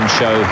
show